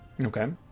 Okay